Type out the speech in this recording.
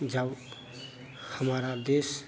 जब हमारा देश